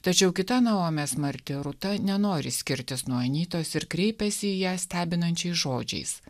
tačiau kita naomės marti rūta nenori skirtis nuo anytos ir kreipiasi į ją stebinančiais žodžiais